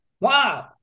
wow